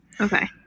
Okay